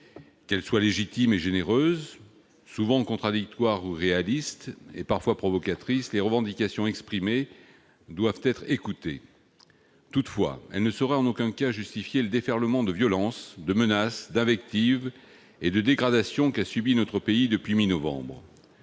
Qu'elles soient légitimes et généreuses, souvent contradictoires ou irréalistes et parfois provocatrices, les revendications exprimées doivent être écoutées. Toutefois, elles ne sauraient en aucun cas justifier le déferlement de violences, de menaces, d'invectives et de dégradations que subit notre pays depuis mi-novembre.